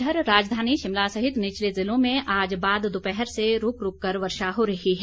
इधर राजधानी शिमला सहित निचले जिलों में आज बाद दोपहर से रूक रूक कर वर्षा हो रही है